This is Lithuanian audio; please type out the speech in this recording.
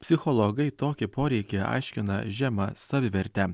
psichologai tokį poreikį aiškina žema saviverte